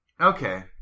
okay